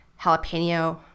jalapeno